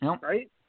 right